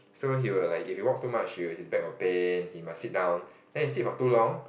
so he will like if he walk too much his will his back will pain he must sit then he sit for too long